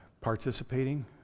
participating